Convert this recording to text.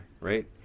right